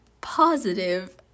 positive